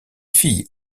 filles